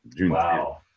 Wow